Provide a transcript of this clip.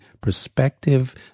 perspective